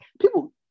people